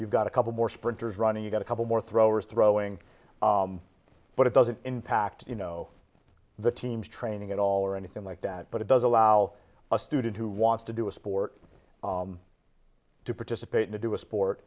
you've got a couple more sprinters running you've got a couple more throwers throwing but it doesn't impact you know the team's training at all or anything like that but it does allow a student who wants to do a sport to participate in a dual sport